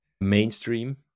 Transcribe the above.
mainstream